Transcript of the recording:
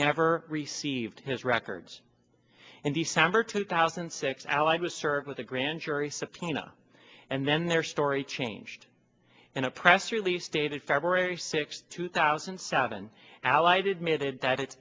never received his records in december two thousand and six al i was served with a grand jury subpoena and then their story changed in a press release dated february sixth two thousand and seven allied admitted that